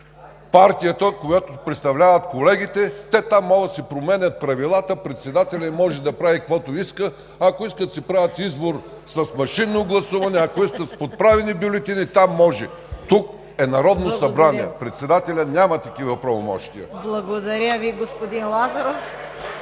партията, която представляват колегите! Там те могат да си променят правилата, председателят им може да прави каквото си иска, ако искат, си правят избор с машинно гласуване, ако искат с подправени бюлетини – там може! Тук е Народното събрание и председателят няма такива правомощия. ПРЕДСЕДАТЕЛ